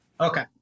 Okay